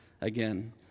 again